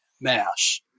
mass